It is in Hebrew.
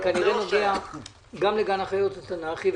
זה כנראה נוגע גם לגן החיות התנ"כי,